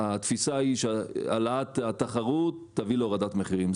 התפיסה היא שהעלאת התחרות תביא להורדת מחירים.